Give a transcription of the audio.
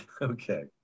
Okay